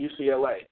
UCLA